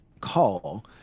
call